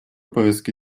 повестки